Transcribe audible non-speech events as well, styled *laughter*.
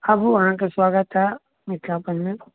आबू अहाँके स्वागत हए *unintelligible*